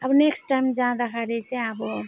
अब next time जाँदाखेरि चाहिँ अब